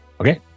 Okay